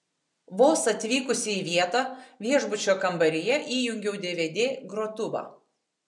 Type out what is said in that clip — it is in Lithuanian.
vos atvykusi į vietą viešbučio kambaryje įjungiau dvd grotuvą